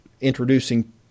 introducing